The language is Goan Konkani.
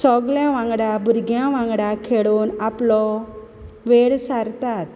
सोगल्या वांगडा भुरग्यां वांगडा खेडून आपलो वेळ सारतात